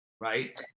right